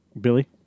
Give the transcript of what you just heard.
Billy